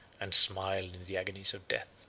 and smiled in the agonies of death.